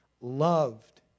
loved